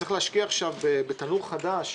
שצריך להשקיע עכשיו בתנור חדש